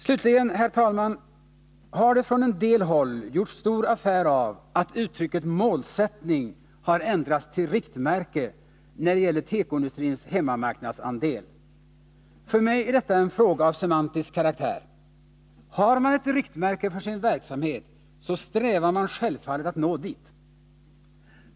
Slutligen, herr talman, har det från en del håll gjorts stor affär av att ordet ”målsättning” har ändrats till ”riktmärke” när det gäller tekoindustrins hemmamarknadsandel. För mig är detta en fråga av semantisk karaktär. Har man ett riktmärke för sin verksamhet så strävar man självfallet att nå dit.